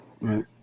right